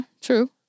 true